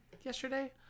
yesterday